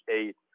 eight